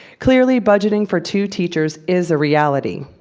clearly, budgeting for two teachers is a reality.